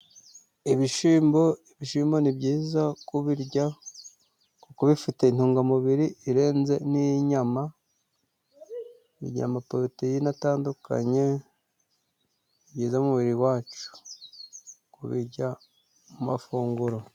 Ibishyimbo, ibishyimbo ni byiza kubirya kuko bifite intungamubiri irenze n'iy'inyamayama, bigira amaporoteyine atandukanye, ni byiza mu mubiri wacu kubirya mu mafunguro.